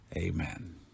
Amen